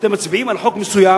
כשאתם מצביעים על חוק מסוים,